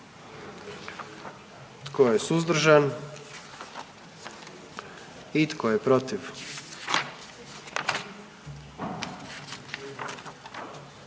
Tko je suzdržan? I tko je protiv?